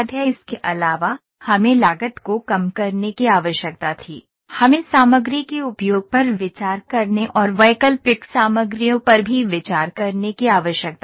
इसके अलावा हमें लागत को कम करने की आवश्यकता थी हमें सामग्री के उपयोग पर विचार करने और वैकल्पिक सामग्रियों पर भी विचार करने की आवश्यकता थी